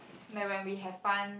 like when we have fun